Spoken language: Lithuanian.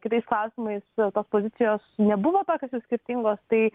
kitais klausimais tos pozicijos nebuvo tokios ir skirtingos tai